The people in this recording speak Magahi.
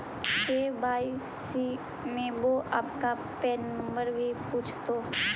के.वाई.सी में वो आपका पैन नंबर भी पूछतो